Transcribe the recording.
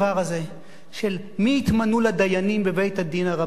של מי יתמנו לדיינים בבית-הדין הרבני.